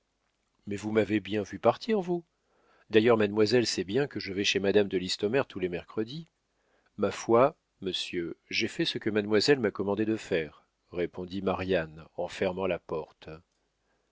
mais vous m'avez bien vu partir vous d'ailleurs mademoiselle sait bien que je vais chez madame de listomère tous les mercredis ma foi monsieur j'ai fait ce que mademoiselle m'a commandé de faire répondit marianne en fermant la porte